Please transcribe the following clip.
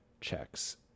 checks